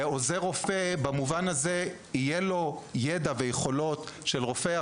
לעוזר רופא יהיה ידע ויכולות של רופא,